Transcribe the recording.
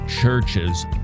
churches